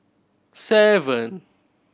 seven